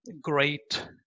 great